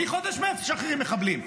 מחודש מרץ משחררים מחבלים.